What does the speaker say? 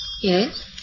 Yes